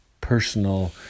personal